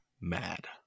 mad